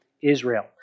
Israel